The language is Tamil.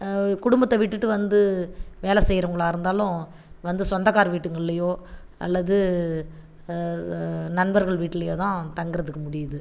குடும்பத்தை விட்டுவிட்டு வந்து வேலை செய்றவங்களாக இருந்தாலும் வந்து சொந்தகார் வீட்டுங்கள்லியோ அல்லது நண்பர்கள் வீட்லியோ தான் தங்கறதுக்கு முடியுது